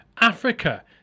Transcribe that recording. Africa